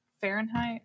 Fahrenheit